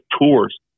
tours